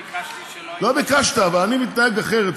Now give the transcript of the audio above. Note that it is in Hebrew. ביקשת, אבל אני מתנהג אחרת.